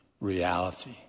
reality